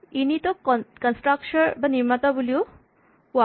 init ক constructor নিৰ্মাতা বুলি কোৱা হয়